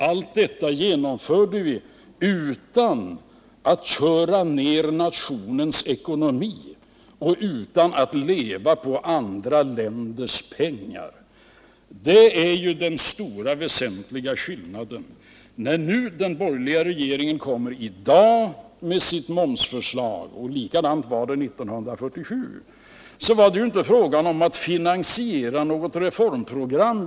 Allt detta genomförde vi utan att köra ned nationens ekonomi och utan att leva på andra länders pengar. Detta är den stora och väsentliga skillnaden. När den borgerliga regeringen nu kommer med sitt momsförslag — likadant var det 1977 — är det inte fråga om att finansiera något reformprogram.